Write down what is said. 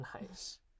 Nice